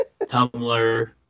Tumblr